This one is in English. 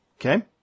Okay